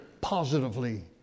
positively